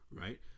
right